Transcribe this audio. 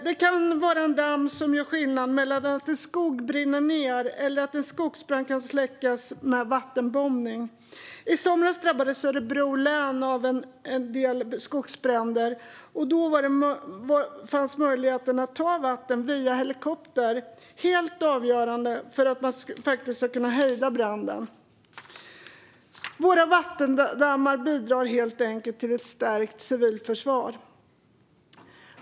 Det kan vara en damm som gör skillnad mellan att en skog brinner ned eller att en skogsbrand kan släckas med vattenbombning. I somras drabbades Örebro län av en del skogsbränder, och då var möjligheten att ta vatten via helikopter helt avgörande för att man faktiskt skulle kunna hejda branden. Våra vattendammar bidrar helt enkelt till ett stärkt civilförsvar.